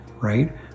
right